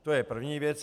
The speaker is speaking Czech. To je první věc.